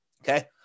Okay